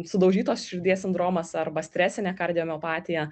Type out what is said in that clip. sudaužytos širdies sindromas arba stresinė kardiomiopatija